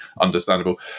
understandable